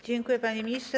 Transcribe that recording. Dziękuję, panie ministrze.